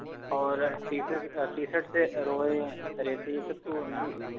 और T shirt T shirt से रोए रेसे ये सब तो नहीं मिलेंगे ना